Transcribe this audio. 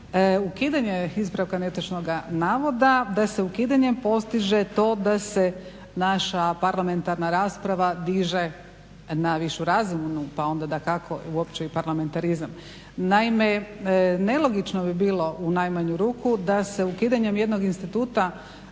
Ukidanje ispravka netočnog navoda, da se ukidanjem postiže to da se naša parlamentarna rasprava diže na višu razinu, pa onda dakako uopće i parlamentarizam. Naime, nelogično bi bilo u najmanju ruku da se ukidanjem jednog instituta